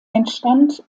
entstand